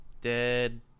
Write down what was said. Dead